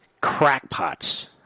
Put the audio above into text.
crackpots